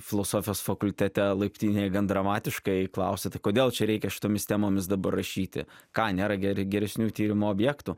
filosofijos fakultete laiptinėje gan dramatiškai klausė tai kodėl čia reikia šitomis temomis dabar rašyti ką nėra geri geresnių tyrimo objektų